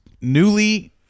newly